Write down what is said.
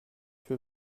für